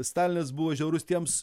stalinas buvo žiaurus tiems